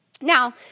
Now